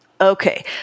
Okay